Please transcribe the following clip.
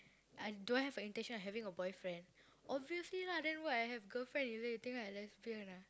I don't have intention of having a boyfriend obviously lah then what I have girlfriend is it you think I lesbian ah